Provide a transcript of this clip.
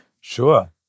sure